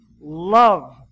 love